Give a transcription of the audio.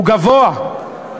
הוא גבוה,